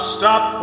stop